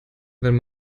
wenn